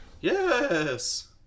Yes